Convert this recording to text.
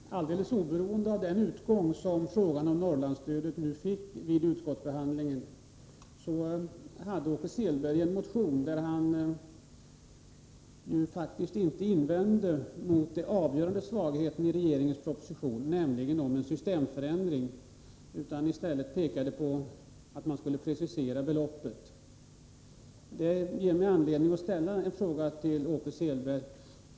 Fru talman! Alldeles oberoende av den utgång frågan om Norrlandsstödet fick vid utskottsbehandlingen hade Åke Selberg väckt en motion där han faktiskt inte invände mot den avgörande svagheten i regeringens proposition, nämligen frågan om en systemförändring. I stället pekade han på att man skulle precisera beloppet. Detta ger mig anledning att ställa en fråga till Åke Selberg.